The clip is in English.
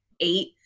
eight